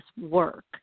work